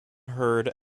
heard